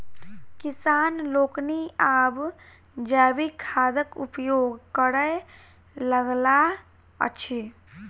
किसान लोकनि आब जैविक खादक उपयोग करय लगलाह अछि